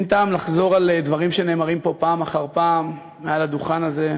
אין טעם לחזור על דברים שנאמרים פעם אחר פעם פה מעל הדוכן הזה,